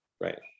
Right